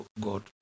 God